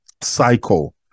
cycle